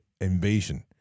invasion